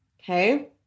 Okay